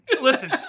Listen